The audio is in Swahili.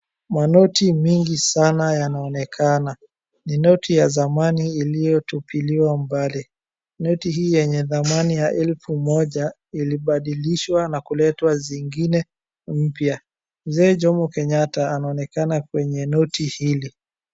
Manoti mingi sana yanaonekana. Ni noti ya zamani iliyo tupiliwa mbali. Noti hii yenye thamani ya elfu moja, ilibadilishwa na kuletwa zingine mpya. Mzee Jomo Kenyatta anaonekana kwenye noti hili.